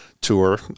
tour